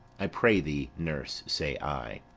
i pray thee, nurse, say i.